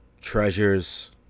treasures